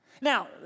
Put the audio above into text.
Now